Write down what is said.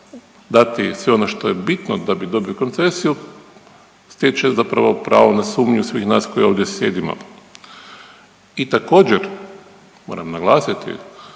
dati sve ono što je bitno da bi dobio koncesiju, stječe zapravo pravo na sumnju svih nas koji ovdje sjedimo. I također, moram naglasiti